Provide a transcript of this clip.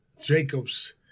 Jacobs